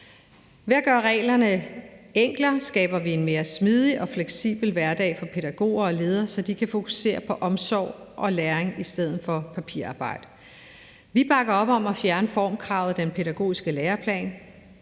Ved at gøre reglerne enklere skaber vi en mere smidig og fleksibel hverdag for pædagoger og ledere, så de kan fokusere på omsorg og læring i stedet for papirarbejde. Vi bakker op om at fjerne formkravet den pædagogiske læreplan,